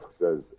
says